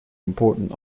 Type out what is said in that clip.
important